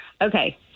Okay